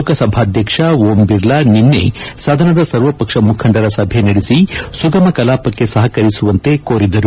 ಲೋಕಸಭಾಧ್ಯಕ್ಷ ಓಂ ಬಿರ್ಲಾ ನಿನ್ನೆ ಸದನದ ಸರ್ವಪಕ್ಷ ಮುಖಂಡರ ಸಭೆ ನಡೆಸಿ ಸುಗಮ ಕಲಾಪಕ್ಕೆ ಸಹಕರಿಸುವಂತೆ ಕೋರಿದರು